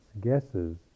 guesses